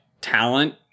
talent